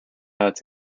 have